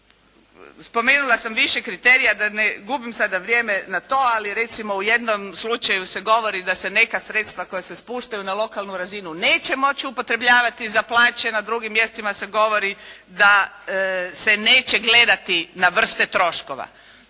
Spomenula sam više kriterija, da ne gubim sada vrijeme na to, ali recimo u jednom slučaju se govori da se neka sredstva koja se spuštaju na lokalnu razinu neće moći upotrebljavati za plaće, na drugim mjestima se govori da se neće gledati na vrste troškova.